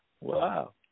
Wow